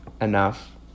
Enough